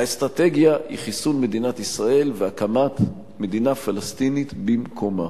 האסטרטגיה היא חיסול מדינת ישראל והקמת מדינה פלסטינית במקומה.